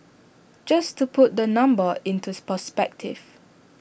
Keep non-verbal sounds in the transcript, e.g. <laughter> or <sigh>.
just to put the number <unintelligible> perspective